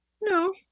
no